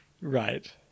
right